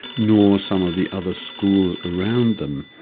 nor some of the other schools around them,